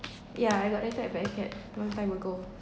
yeah I got attacked by a cat long time ago